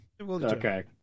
Okay